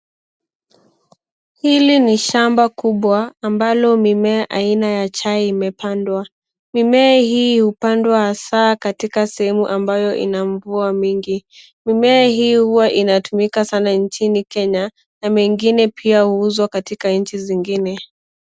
Hili ni shamba kubwa ambalo mimea aina ya chai imepandwa. Mimea hii hupandwa hasa katika sehemu ambayo ina mvua mingi. Mimea hii huwa inatumika sana nchini Kenya na mingine pia huuzwa katika nchi zingine.